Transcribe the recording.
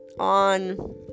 on